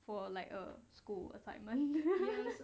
for like a school excitement